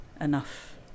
enough